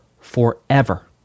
forever